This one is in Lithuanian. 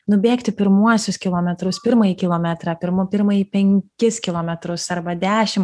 nubėgti pirmuosius kilometrus pirmąjį kilometrą pirmu pirmąjį penkis kilometrus arba dešim